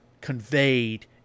conveyed